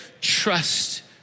trust